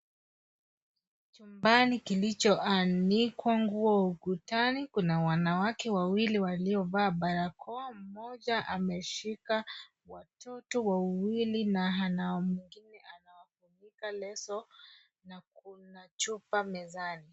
Chumbani kilichoanikwa nguo ukutani. Kuna wanawake wawili waliovaa barakoa. Mmoja ameshika watoto wawili na pana mwingine anawafunika leso na kuna chupa mezani.